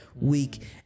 week